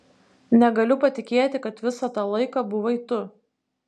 negaliu patikėti kad visą tą laiką buvai tu